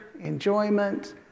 enjoyment